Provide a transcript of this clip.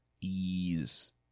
ease